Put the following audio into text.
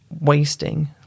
wasting